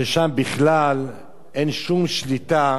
ששם בכלל אין שום שליטה,